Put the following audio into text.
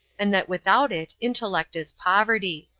and that without it intellect is poverty.